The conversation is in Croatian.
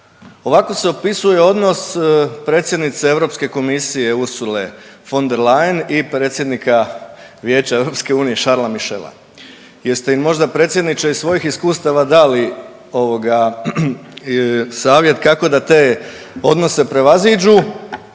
ovako se opisuje odnos predsjednice Europske komisije Ursule von der Leyen i predsjednika Vijeća EU Charlesa Michela. Jeste ih možda predsjedniče iz svojih iskustava dali savjet kako da te odnose prevaziđu?